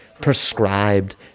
prescribed